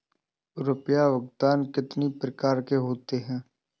रुपया भुगतान कितनी प्रकार के होते हैं?